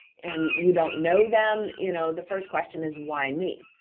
and you don't know them, you know the first question is, why me?